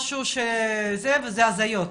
פה זה הזיות.